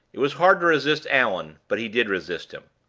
it was hard to resist allan but he did resist him.